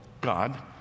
God